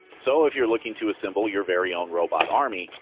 so if you're looking to assemble your very own robot army,